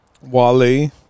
Wally